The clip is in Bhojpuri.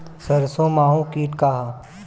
सरसो माहु किट का ह?